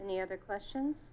any other questions